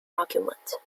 argument